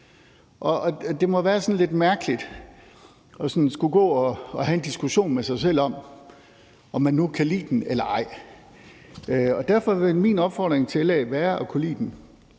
Det må være sådan lidt mærkeligt at skulle gå og have en diskussion med sig selv om, om man nu kan lide den eller ej. Derfor vil min opfordring til LA være at kunne lide den,